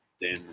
Dan